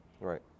right